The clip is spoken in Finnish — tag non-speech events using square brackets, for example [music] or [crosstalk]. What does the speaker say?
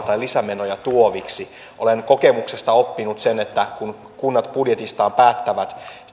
[unintelligible] tai lisämenoja tuoviksi olen kokemuksesta oppinut sen että kun kunnat budjetistaan päättävät